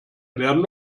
werden